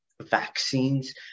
vaccines